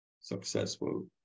successful